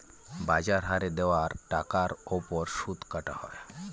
বাজার হারে দেওয়া টাকার ওপর সুদ কাটা হয়